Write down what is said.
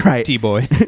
T-boy